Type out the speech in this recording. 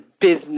business